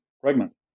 pregnant